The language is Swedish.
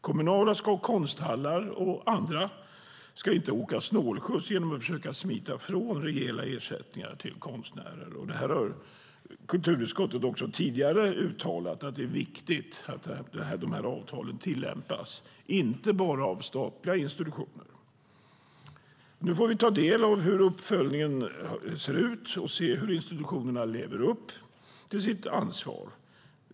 Kommunala konsthallar och andra ska inte åka snålskjuts genom att försöka smita från reella ersättningar till konstnärer. Kulturutskottet har också tidigare uttalat att det är viktigt att de här avtalen tillämpas, inte bara av statliga institutioner. Nu får vi ta del av hur uppföljningen ser ut och se hur institutionerna lever upp till sitt ansvar.